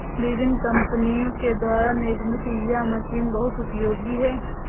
विभिन्न कम्पनियों के द्वारा निर्मित यह मशीन बहुत उपयोगी है